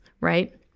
right